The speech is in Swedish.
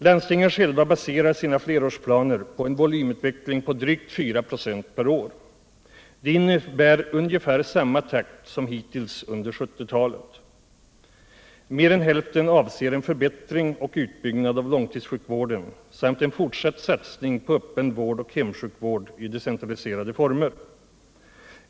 Landstingen själva baserar sina flerårsplaner på en volymutveckling på drygt 4 ?o per år. Det innebär ungefär samma takt som hittills under 1970 talet. Mer än hälften avser en förbättring och utbyggnad av långtidssjukvården samt en fortsatt satsning på öppen vård och hemsjukvård i decentraliserade former.